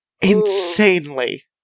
Insanely